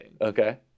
Okay